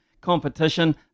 competition